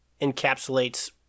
encapsulates